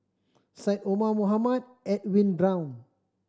Syed Omar Mohamed and Edwin Brown